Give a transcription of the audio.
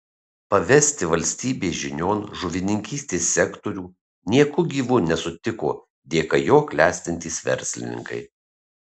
pavesti valstybės žinion žuvininkystės sektorių nieku gyvu nesutiko dėka jo klestintys verslininkai